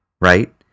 right